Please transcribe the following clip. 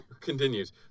continues